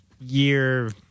year